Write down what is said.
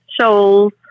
Shoals